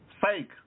fake